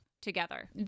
together